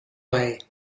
way